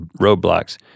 Roadblocks